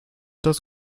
das